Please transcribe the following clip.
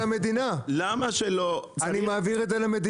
אבל אני מעביר את זה למדינה.